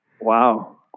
Wow